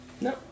No